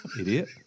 Idiot